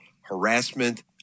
harassment